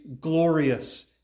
glorious